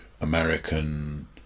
American